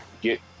get